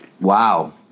Wow